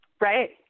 Right